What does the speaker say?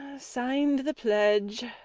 signed the pledge.